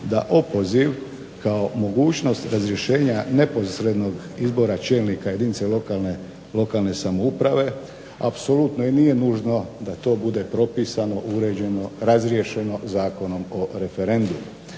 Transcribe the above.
da opoziv, kao mogućnost razrješenja neposrednog izbora čelnika jedinica lokalne samouprave apsolutno i nije nužno da to bude propisano, uređeno, razriješeno Zakonom o referendumu.